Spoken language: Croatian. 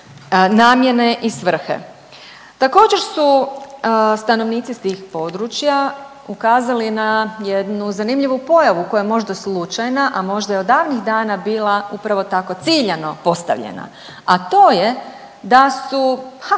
namjene i svrhe. Također su stanovnici s tih područja ukazali na jednu zanimljivu pojavu koja je možda slučajna, a možda je od davnih dana bila upravo tako ciljano postavljeno, a to je da su